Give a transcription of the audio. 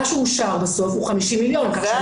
מה שאושר בסוף הוא 50 מיליון כך שאני